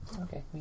Okay